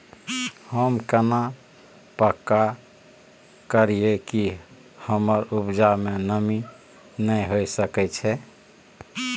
हम केना पक्का करियै कि हमर उपजा में नमी नय होय सके छै?